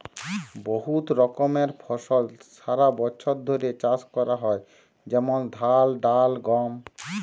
বহুত রকমের ফসল সারা বছর ধ্যরে চাষ ক্যরা হয় যেমল ধাল, ডাল, গম